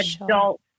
adult